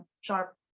sharp